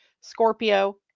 Scorpio